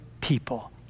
people